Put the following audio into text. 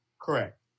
Correct